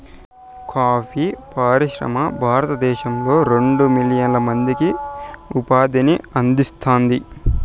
coffee పరిశ్రమ భారతదేశంలో రెండు మిలియన్ల మందికి ఉపాధిని అందిస్తాంది